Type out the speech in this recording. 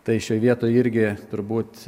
tai šioj vietoj irgi turbūt